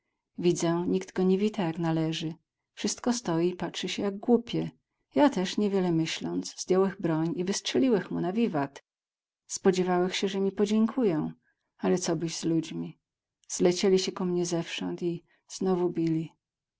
widzę nikt go nie wita jak należy wszystko stoi i patrzy sie jak głupie ja też niewiele myśląc zdjąłech broń i wstrzeliłech mu na wiwat spodziewałych się że mi podziękują ale cobyś z ludźmi zlecieli sie ku mnie zewsząd i znowu bili